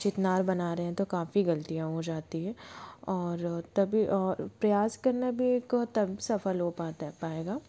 जितना बना रहे हैं तो काफ़ी गलतीयाँ हो जाती है और तभी और प्रयास करना भी एक तब सफल हो पाता है पाएगा